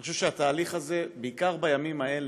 אני חושב שהתהליך הזה, בעיקר בימים האלה,